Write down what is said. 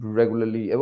regularly